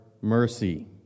mercy